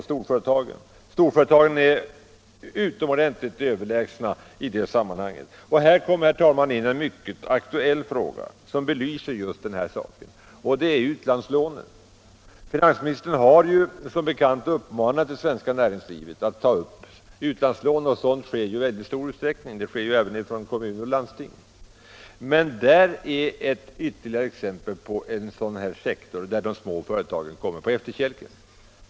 Storföretagen är utomordentligt överlägsna i detta sammanhang. Här kommer in en mycket aktuell fråga, som belyser just denna sak, nämligen utlandslånen. Finansministern har som bekant uppmanat det svenska näringslivet att ta upp utlandslån. Så gör i mycket stor utsträckning även kommuner och landsting. Men där finns ytterligare ett exempel på en sektor, där de små företagen kommer på efterkälken.